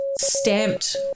stamped